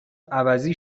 عوضی